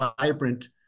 vibrant